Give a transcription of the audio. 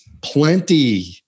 plenty